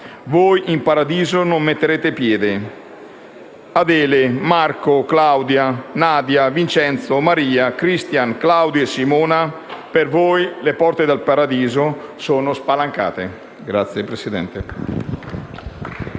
Voi in Paradiso non metterete piede. Adele, Marco, Claudia, Nadia, Vincenzo, Maria, Cristian, Claudio e Simona: per voi le porte del Paradiso sono spalancate. *(Applausi